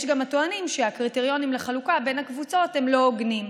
ויש גם הטוענים שהקריטריונים לחלוקה בין הקבוצות הם לא הוגנים.